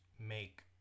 make